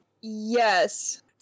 Yes